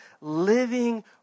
Living